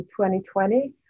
2020